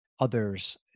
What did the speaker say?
others